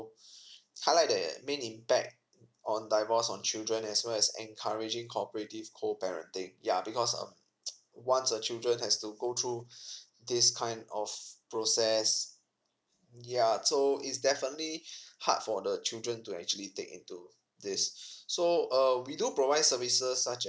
highlight the main impact on divorce on children as well as encouraging cooperative co parenting yeah because um once a children has to go through this kind of process yeah so it's definitely hard for the children to actually take into this so err we do provide services such